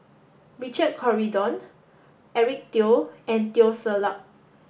Richard Corridon Eric Teo and Teo Ser Luck